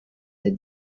the